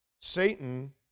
Satan